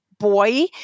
boy